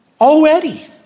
already